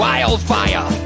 Wildfire